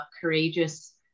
courageous